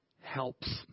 helps